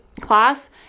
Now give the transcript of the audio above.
class